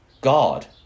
God